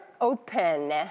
open